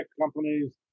companies